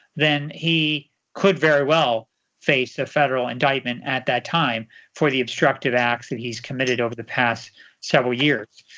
then he could very well face a federal indictment at that time for the obstructive acts that he's committed over the past several years.